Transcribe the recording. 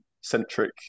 centric